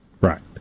Right